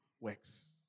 works